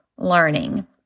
Learning